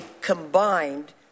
combined